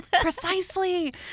Precisely